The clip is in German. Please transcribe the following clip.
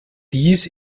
dies